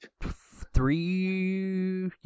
three